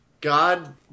God